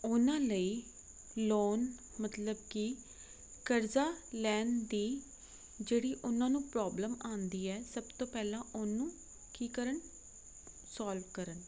ਉਹਨਾਂ ਲਈ ਲੋਨ ਮਤਲਬ ਕਿ ਕਰਜ਼ਾ ਲੈਣ ਦੀ ਜਿਹੜੀ ਉਹਨਾਂ ਨੂੰ ਪ੍ਰੋਬਲਮ ਆਉਂਦੀ ਹੈ ਸਭ ਤੋਂ ਪਹਿਲਾਂ ਉਹਨੂੰ ਕੀ ਕਰਨ ਸੋਲਵ ਕਰਨ